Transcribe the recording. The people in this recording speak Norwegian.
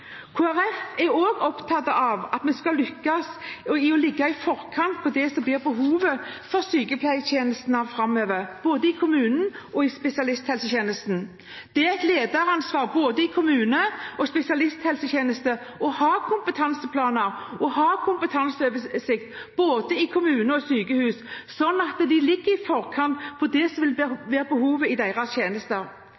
Folkeparti er også opptatt av at vi skal lykkes i å ligge i forkant av det som blir behovet for sykepleietjenestene framover, både i kommunen og i spesialisthelsetjenesten. Det er et lederansvar, både i kommunene og i spesialisthelsetjenesten, å ha kompetanseplaner og kompetanseoversikt både i kommunene og på sykehus, sånn at en ligger i forkant av det som vil